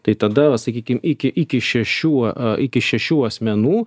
tai tada va sakykim iki iki šešių iki šešių asmenų